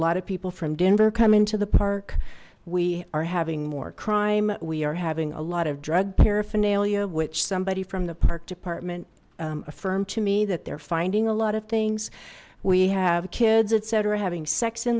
lot of people from denver come into the park we are having more crime we are having a lot of drug paraphernalia which somebody from the park department affirmed to me that they're finding a lot of things we have kids etc having sex in